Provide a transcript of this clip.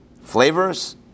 flavors